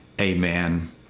Amen